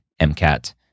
MCAT